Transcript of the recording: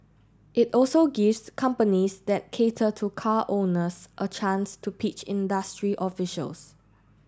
it also gives companies that cater to car owners a chance to pitch industry officials